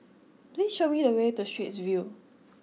please show me the way to Straits View